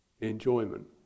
Enjoyment